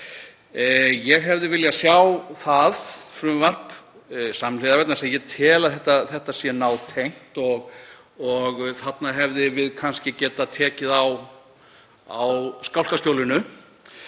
Ég hefði viljað sjá það frumvarp samhliða vegna þess að ég tel að þetta sé nátengt og þarna hefðum við kannski getað tekið á skálkaskjólinu.